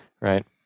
Right